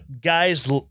guys